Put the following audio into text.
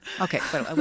Okay